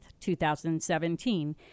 2017